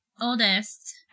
oldest